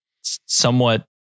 Somewhat